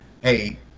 hey